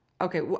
Okay